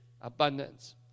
Abundance